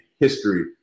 history